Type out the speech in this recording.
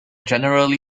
generally